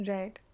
Right